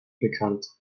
bekannt